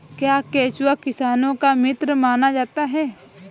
क्या केंचुआ किसानों का मित्र माना जाता है?